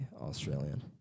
Australian